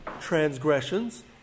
transgressions